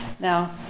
Now